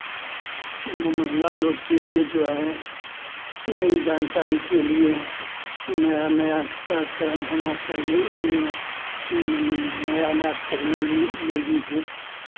महिला लोग के लिये जो है नई जानकारी के लिए नया नया कार्यक्रम होना चाहिए उसमें नया नया टेक्नोलोजी से